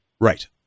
Right